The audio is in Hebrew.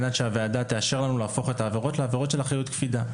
שהוועדה תאשר לנו להפוך את העבירות לעבירות של אחריות קפידה.